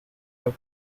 have